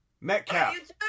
Metcalf